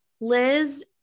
liz